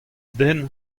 den